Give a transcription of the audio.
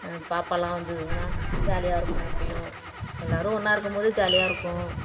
பாப்பாவெல்லாம் வந்ததுங்கன்னால் ஜாலியாக இருக்கும் அப்போயும் எல்லோரும் ஒன்றா இருக்கும் போது ஜாலியாக இருக்கும்